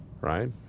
right